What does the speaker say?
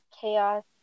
chaos